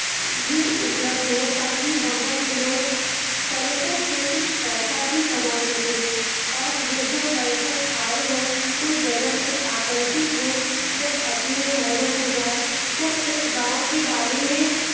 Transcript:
भी उपलब्ध हो ताकि वहाँ के लोग पर्यटक से कुछ पैसा भी कमा सकें और या जो पर्यटक आए हों उस जगह से आकर्षित हों जब अपने शहरो को जाएँ तो इस गाँव के बारे में